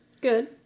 Good